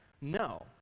No